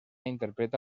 interpreta